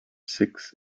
six